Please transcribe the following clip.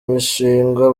mishinga